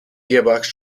gearbox